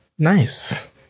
Nice